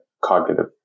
cognitive